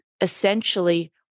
essentially